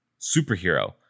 superhero